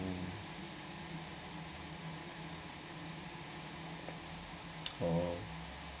oh